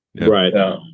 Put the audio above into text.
Right